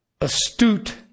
astute